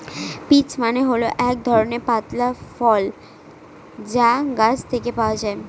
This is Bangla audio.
পিচ্ মানে হল এক ধরনের পাতলা ফল যা গাছ থেকে পাওয়া যায়